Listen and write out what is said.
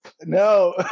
no